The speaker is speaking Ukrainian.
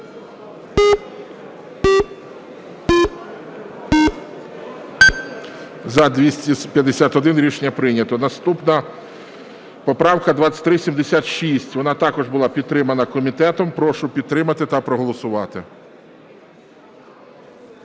За-251 Рішення прийнято. Наступна поправка 2376. Вона також була підтримана комітетом. Прошу підтримати та проголосувати.